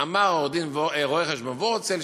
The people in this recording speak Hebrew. אמר רואה-חשבון וורצל,